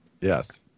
yes